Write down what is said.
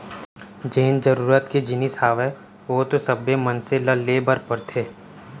जेन जरुरत के जिनिस हावय ओ तो सब्बे मनसे ल ले बर परथे